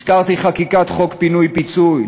הזכרתי חקיקת חוק פינוי-פיצוי,